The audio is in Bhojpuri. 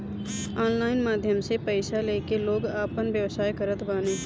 ऑनलाइन माध्यम से पईसा लेके लोग आपन व्यवसाय करत बाने